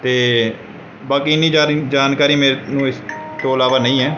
ਅਤੇ ਬਾਕੀ ਇੰਨੀ ਜ਼ਿਆਦਾ ਜਾਣਕਾਰੀ ਮੈਨੂੰ ਇਸ ਤੋਂ ਇਲਾਵਾ ਨਹੀਂ ਹੈ